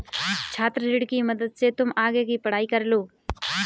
छात्र ऋण की मदद से तुम आगे की पढ़ाई कर लो